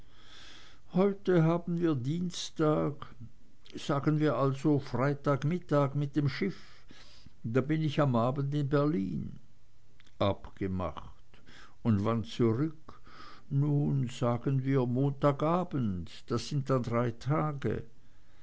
heute haben wir dienstag sagen wir also freitag mittag mit dem schiff dann bin ich am abend in berlin abgemacht und wann zurück nun sagen wir montag abend das sind dann drei tage